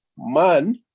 man